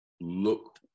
Look